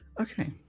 Okay